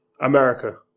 America